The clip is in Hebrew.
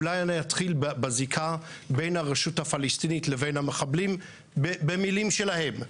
אולי אני אתחיל בזיקה בין הרשות הפלסטינית לבין המחבלים במילים שלהם.